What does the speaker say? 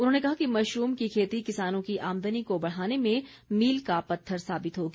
उन्होंने कहा कि मशरूम की खेती किसानों की आमदनी को बढ़ाने में मील का पत्थर साबित होगी